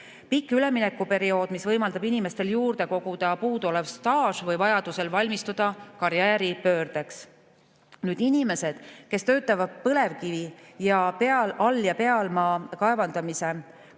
Pikk üleminekuperiood võimaldab inimestel koguda puuduolevat staaži või vajaduse korral valmistuda karjääripöördeks. Inimesed, kes töötavad põlevkivi all‑ ja pealmaa kaevandamise,